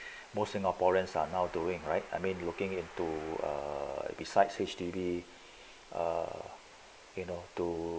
most singaporeans are now doing right I mean looking into uh besides H_D_B err you know to